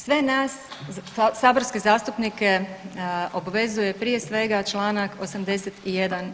Sve nas saborske zastupnike obvezuje prije svega čl. 81.